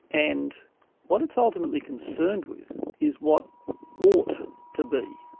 and what it's ultimately concerned with is what ought to be,